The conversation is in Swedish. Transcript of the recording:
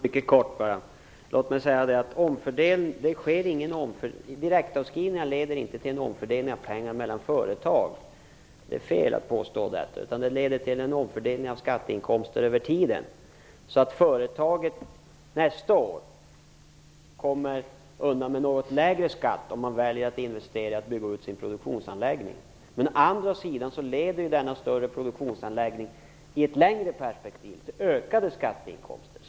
Fru talman! Låt mig säga att direktavskrivningar inte leder till någon omfördelning av pengar mellan företag. Det är fel att påstå det. Det leder till en omfördelning av skatteinkomster över tiden, så att företaget nästa år kommer undan med något lägre skatt om man väljer att investera och bygga ut sin produktionsanläggning. Å andra sidan leder denna större produktionsanläggning i ett längre perspektiv till ökade skatteinkomster.